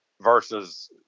versus